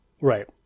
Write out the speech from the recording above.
Right